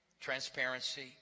transparency